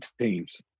teams